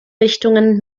richtungen